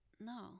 No